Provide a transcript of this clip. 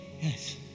Yes